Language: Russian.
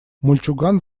мальчуган